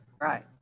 right